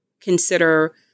consider